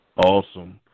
Awesome